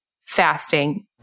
fasting